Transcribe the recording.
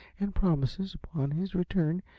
and promises, upon his return,